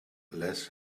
less